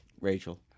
Rachel